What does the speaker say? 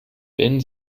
wenn